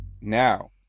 now